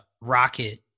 Rocket